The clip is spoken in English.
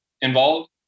involved